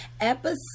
episode